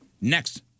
Next